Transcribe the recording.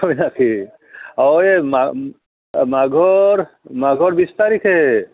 হয় নেকি অ এই মা মাঘৰ মাঘৰ বিশ তাৰিখে